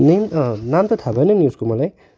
name नाम त थाह भएन उसको मलाई